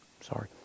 sorry